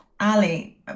Ali